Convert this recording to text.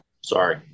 Sorry